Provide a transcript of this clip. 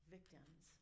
victims